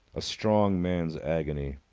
a strong man's agony.